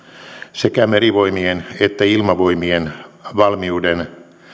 sekä merivoimien että ilmavoimien valmiuden